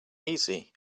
easy